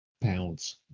Pounds